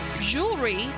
Jewelry